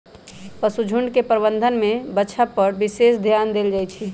पशुझुण्ड के प्रबंधन में बछा पर विशेष ध्यान देल जाइ छइ